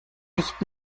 nicht